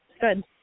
Good